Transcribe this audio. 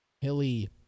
hilly